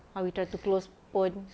how we try to close pun